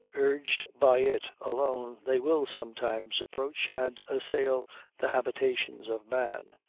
urged by it alone, they will sometimes approach and assail the habitations of man,